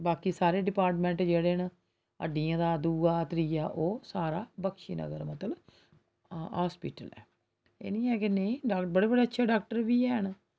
बाकी सारें डिपार्टमैंट जेह्ड़े न हड्डियें दा दूआ त्रीया ओह् सारा बक्शीनगर मतलब अस्पताल ऐ एह् निं कि नेईं डाक्टर बड़े बड़े अच्छे डाक्टर बी हैन